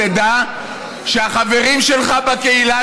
תדע שהחברים שלך בקהילה,